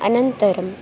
अनन्तरं